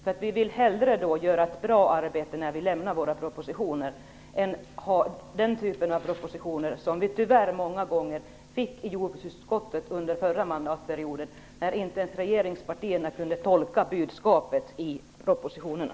Vi vill hellre göra ett bra arbete innan vi lämnar våra propositioner än ha den typen av propositioner som vi tyvärr många gånger fick i jordbruksutskottet under förra mandatperioden, när inte ens regeringspartierna kunde tolka budskapet i propositionerna.